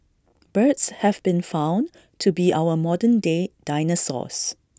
birds have been found to be our modern day dinosaurs